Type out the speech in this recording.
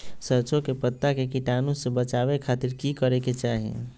सरसों के पत्ता के कीटाणु से बचावे खातिर की करे के चाही?